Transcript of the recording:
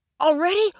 Already